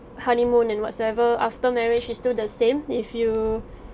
honeymoon and whatsoever after marriage it's still the same if you